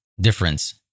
difference